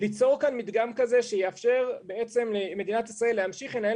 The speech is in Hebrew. ליצור כאן מדגם כזה שיאפשר בעצם למדינת ישראל להמשיך לנהל